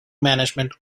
management